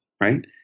right